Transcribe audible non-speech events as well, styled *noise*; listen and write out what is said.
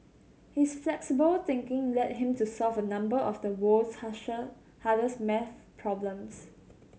his flexible thinking led him to solve a number of the world's *unintelligible* hardest maths problems